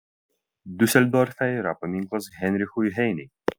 diuseldorfe yra paminklas heinrichui heinei